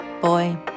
boy